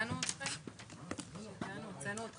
בשעה 13:04.